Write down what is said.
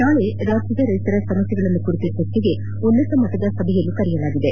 ನಾಳೆ ರಾಜ್ಯದ ರೈತರ ಸಮಸ್ಯೆಗಳ ಕುರಿತ ಚರ್ಚೆಗೆ ಉನ್ನತ ಮಟ್ಟದ ಸಭೆ ಕರೆಯಲಾಗಿದೆ